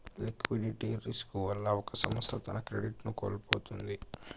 liquidity risk వల్ల ఒక సంస్థ తన క్రెడిట్ ను కోల్పోతుంది